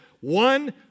One